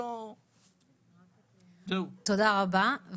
תודה רבה.